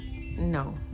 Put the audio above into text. No